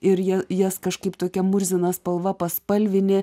ir jie jas kažkaip tokia murzina spalva paspalvinę